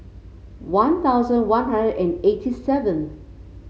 One Thousand One Hundred and eight seventh